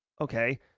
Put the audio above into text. Okay